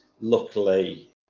Luckily